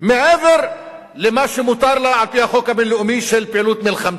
מעבר למה שמותר לה על-פי החוק הבין-לאומי של פעילות מלחמתית.